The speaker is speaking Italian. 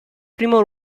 primo